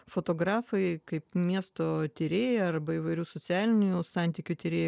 fotografai kaip miesto tyrėjai arba įvairių socialinių santykių tyrėjai